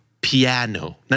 Piano